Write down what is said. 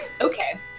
Okay